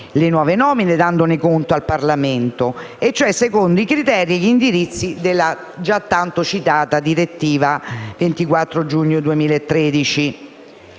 avvenire dandone conto al Parlamento, e cioè secondo i criteri e gli indirizzi della già tanto citata direttiva 24 giugno 2013.